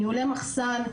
ניהולי מחסן,